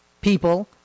people